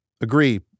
Agree